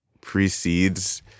precedes